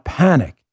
panic